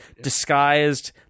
disguised